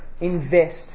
invest